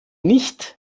nicht